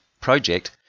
project